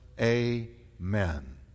Amen